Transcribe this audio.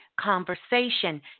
conversation